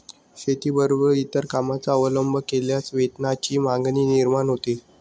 शेतीबरोबरच इतर कामांचा अवलंब केल्यास वेतनाची मागणी निर्माण होते